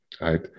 right